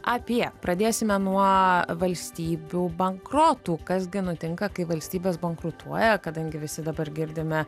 apie pradėsime nuo valstybių bankrotų kas gi nutinka kai valstybės bankrutuoja kadangi visi dabar girdime